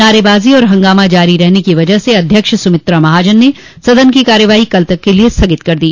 नारेबाजी और हंगामा जारी रहने की वजह से अध्यक्ष सुमित्रा महाजन ने सदन की कार्यवाही कल तक के लिए स्थगित कर दी